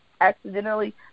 accidentally